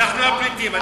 אנחנו הפליטים.